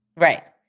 Right